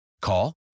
Call